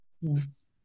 Yes